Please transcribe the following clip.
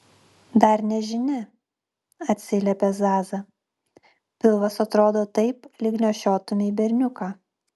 dar nežinia atsiliepė zaza pilvas atrodo taip lyg nešiotumei berniuką